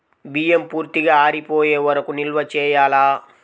బియ్యం పూర్తిగా ఆరిపోయే వరకు నిల్వ చేయాలా?